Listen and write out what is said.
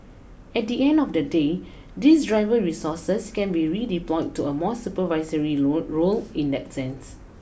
at the end of the day these driver resources can be redeployed to a more supervisory role role in that sense